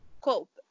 cope